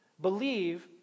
Believe